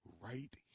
right